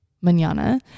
manana